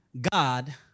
God